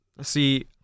See